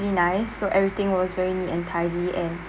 really nice so everything was very neat and tidy and